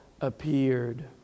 appeared